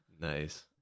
Nice